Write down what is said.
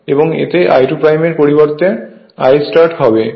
এবং এতে I2 এর পরিবর্তে এটা Istart হবে